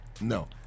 No